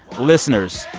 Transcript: listeners,